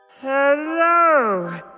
Hello